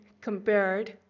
compared